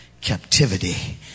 captivity